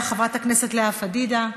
חברת הכנסת לאה פדידה?